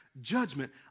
judgment